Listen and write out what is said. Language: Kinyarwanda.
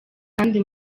kandi